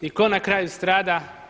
I ko na kraju strada?